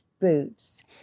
boots